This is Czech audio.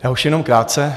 Já už jenom krátce.